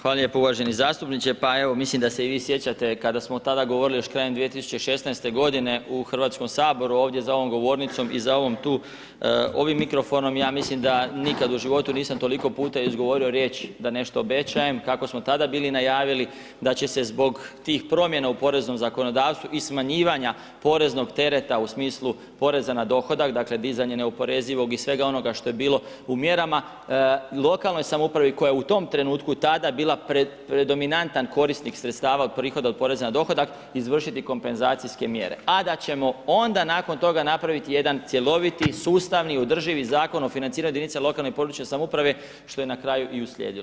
Hvala lijepo uvaženi zastupniče, pa evo mislim da se i vi sjećate kada smo tada govorili još krajem 2016. godine u Hrvatskom saboru ovdje za ovom govornicom i za ovim tu ovim mikrofonom ja mislim da nikad u životu nisam toliko puta izgovorio riječ da nešto obečajem kako smo tada bili najavili da će se zbog tih promjena u poreznom zakonodavstvu i smanjivanja poreznog tereta u smislu poreza na dohodak dakle dizanje neoporezivog i svega onoga što je bilo u mjerama, lokalnoj samoupravi koja je u tom trenutku tada bila predominantan korisnik sredstava od prihoda od poreza na dohodak izvršiti kompenzacijske mjere, a da ćemo onda nakon toga napraviti jedan cjeloviti sustavni održivi Zakon o financiranju jedinica lokalne i područne samouprave što je na kraju i uslijedilo.